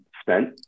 spent